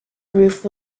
roof